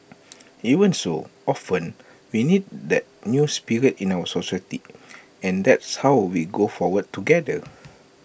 even so often we need that new spirit in our society and that's how we go forward together